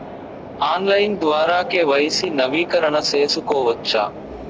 Online ద్వారా KYC నవీకరణ సేసుకోవచ్చా?